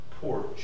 Porch